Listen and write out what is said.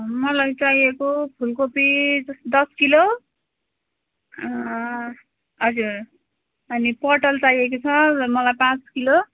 मलाई चाहिएको फुलकोपी दस किलो हजुर अनि पटल चाहिएको छ मलाई पाँच किलो